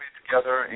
together